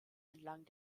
entlang